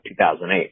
2008